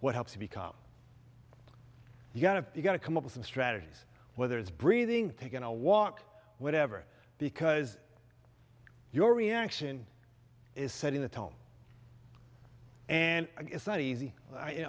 what helps to become you've got to you've got to come up with some strategies whether it's breathing taking a walk whatever because your reaction is setting the tone and it's not easy i